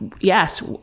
yes